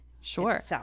Sure